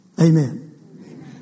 Amen